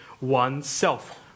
oneself